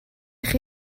chi